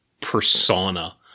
persona